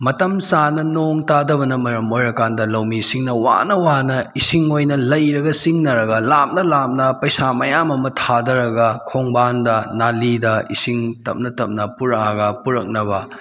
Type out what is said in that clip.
ꯃꯇꯝ ꯆꯥꯅ ꯅꯣꯡ ꯇꯥꯗꯕꯅ ꯃꯔꯝ ꯑꯣꯏꯔ ꯀꯥꯟꯗ ꯂꯧꯃꯤꯁꯤꯡꯅ ꯋꯥꯅ ꯋꯥꯅ ꯏꯁꯤꯡ ꯑꯣꯏꯅ ꯂꯩꯔꯒ ꯆꯤꯡꯅꯔꯒ ꯂꯥꯞꯅ ꯂꯥꯞꯅ ꯄꯩꯁꯥ ꯃꯌꯥꯝ ꯑꯃ ꯊꯥꯗꯔꯒ ꯈꯣꯡꯕꯥꯟꯗ ꯅꯥꯂꯥꯗ ꯏꯁꯤꯡ ꯇꯞꯅ ꯇꯞꯅ ꯄꯨꯔꯛꯑꯒ ꯄꯨꯔꯛꯅꯕ